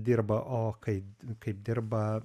dirba o kai kaip dirba